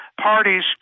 parties